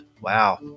Wow